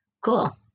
Cool